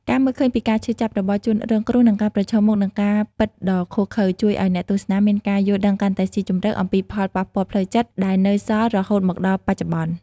ការមើលឃើញពីការឈឺចាប់របស់ជនរងគ្រោះ និងការប្រឈមមុខនឹងការពិតដ៏ឃោរឃៅ ជួយឲ្យអ្នកទស្សនាមានការយល់ដឹងកាន់តែស៊ីជម្រៅអំពីផលប៉ះពាល់ផ្លូវចិត្តដែលនៅសល់រហូតមកដល់បច្ចុប្បន្ន។